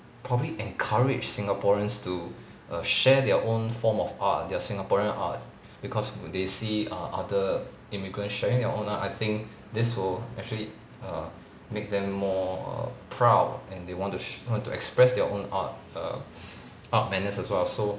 probably encourage singaporeans to err share their own form of art their singaporean art because they see uh other immigrant sharing their own art I think this will actually err make them more err proud and they want to sh~ want to express their own art err art manners as well so